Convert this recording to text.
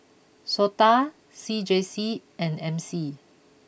Sota C J C and M C